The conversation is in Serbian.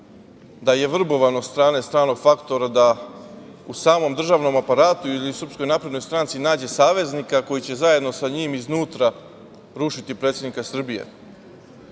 da je vrbovan od strane stranog faktora da u samom državnom aparatu ili SNS nađe saveznika koji će zajedno sa njim iznutra rušiti predsednika Srbije.